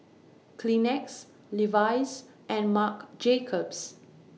Kleenex Levi's and Marc Jacobs